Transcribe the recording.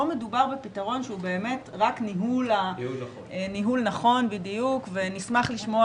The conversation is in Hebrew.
פה מדובר בפתרון שהוא באמת רק ניהול נכון ונשמח לשמוע